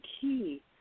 key